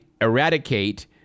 eradicate